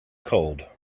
cold